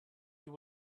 you